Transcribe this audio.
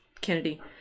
Kennedy